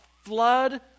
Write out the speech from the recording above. flood